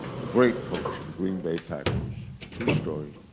the great coach of the green bay packers. true story.